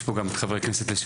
יש פה גם חבר כנסת והשר